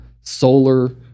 solar